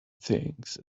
things